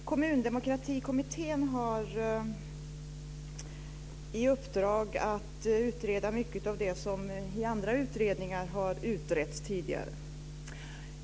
Fru talman! Jag skulle vilja börja med att ställa en fråga till demokratiministern. Kommundemokratikommittén har i uppdrag att utreda mycket av det som har utretts tidigare i andra utredningar.